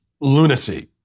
lunacy